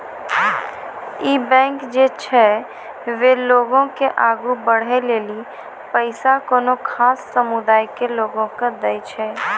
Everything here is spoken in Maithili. इ बैंक जे छै वें लोगो के आगु बढ़ै लेली पैसा कोनो खास समुदाय के लोगो के दै छै